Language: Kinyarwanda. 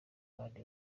abandi